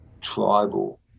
tribal